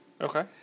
Okay